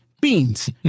beans